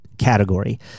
category